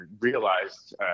realized